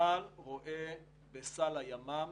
צה"ל רואה בסל הימ"מ